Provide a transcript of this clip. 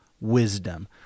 wisdom